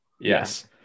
Yes